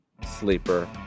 Sleeper